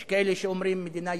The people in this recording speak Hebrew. יש כאלה שאומרים "מדינה יהודית"